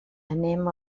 anem